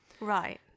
Right